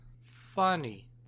funny